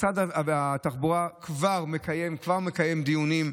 משרד התחבורה כבר מקיים דיונים.